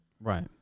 Right